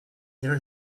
there